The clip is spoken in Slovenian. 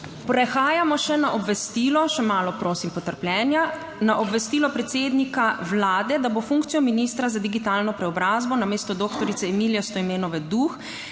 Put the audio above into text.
Prehajamo še na obvestilo, še malo prosim potrpljenja, na obvestilo predsednika Vlade, da bo funkcijo ministra za digitalno preobrazbo namesto doktorice Emilije Stojmenove Duh,